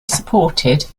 supported